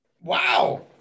Wow